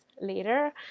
Later